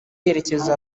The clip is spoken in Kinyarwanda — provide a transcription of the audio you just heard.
yerekeza